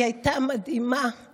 היא הייתה מדהימה,